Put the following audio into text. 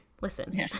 Listen